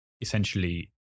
essentially